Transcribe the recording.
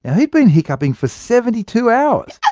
and he'd been hiccupping for seventy two hours,